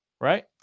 Right